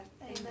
Amen